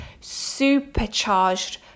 supercharged